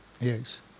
Yes